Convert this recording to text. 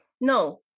no